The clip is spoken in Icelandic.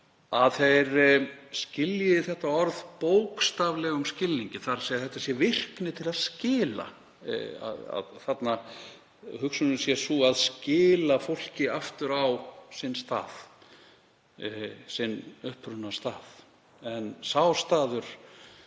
að þeir skilji þetta orð bókstaflegum skilningi. Þetta sé virkni til að skila, hugsunin sé sú að skila fólki aftur á sinn stað, sinn upprunastað. En sá staður